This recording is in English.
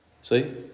See